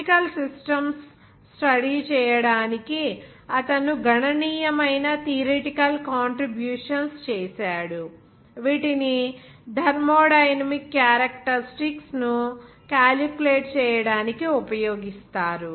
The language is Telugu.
కెమికల్ సిస్టమ్స్ స్టడీ చేయడానికి అతను గణనీయమైన థియరిటికల్ కాంట్రిబ్యూషన్స్ చేశాడు వీటిని థర్మోడైనమిక్స్ క్యారెక్టర్ స్టిక్స్ ను కాలిక్యులేట్ చేయడానికి ఉపయోగిస్తారు